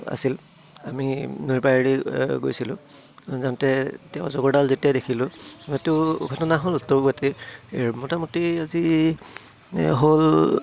আছিল আমি নৈ পাৰেদি গৈছিলোঁ যাওঁতে তেওঁ অজগৰডাল যেতিয়া দেখিলোঁ হ'ল উত্তৰ গুৱাহাটী মোটামুটি আজি হ'ল